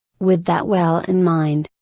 with that well in mind,